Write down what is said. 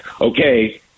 okay